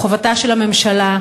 חובתה של הממשלה,